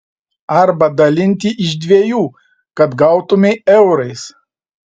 arba dalinti iš dviejų kad gautumei eurais